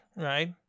Right